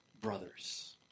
brothers